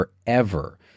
forever